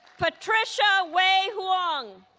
patricia wei huang